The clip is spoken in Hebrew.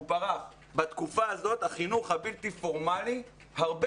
בתקופה הזאת החינוך הבלתי פורמלי הרבה